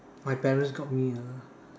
my parents got me a